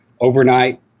overnight